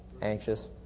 anxious